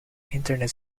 internet